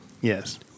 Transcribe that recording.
yes